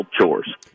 chores